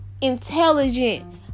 intelligent